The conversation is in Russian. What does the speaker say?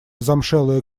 замшелая